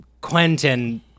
Quentin